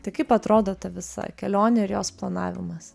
tai kaip atrodo ta visa kelionė ir jos planavimas